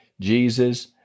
Jesus